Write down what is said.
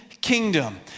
kingdom